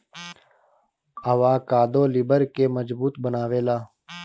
avocado लिबर के मजबूत बनावेला